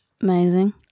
amazing